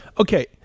Okay